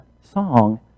song